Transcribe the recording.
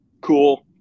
cool